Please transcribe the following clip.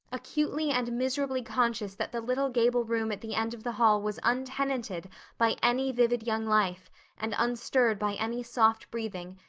acutely and miserably conscious that the little gable room at the end of the hall was untenanted by any vivid young life and unstirred by any soft breathing,